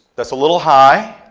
that's a little high,